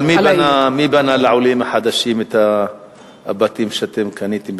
מי בנה לעולים החדשים את הבתים שאתם קניתם?